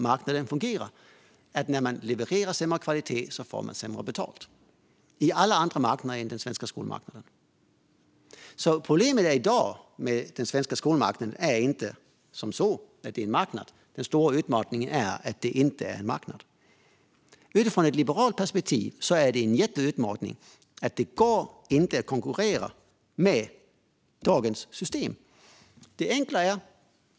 Marknaden fungerar så att sämre kvalitet ger sämre betalt. Så fungerar det på alla marknader utom den svenska skolmarknaden. Problemet med svenska skolan är inte att det är en marknad utan att marknaden inte fungerar. Utifrån ett liberalt perspektiv är det en jätteutmaning att det med dagens system inte går att konkurrera.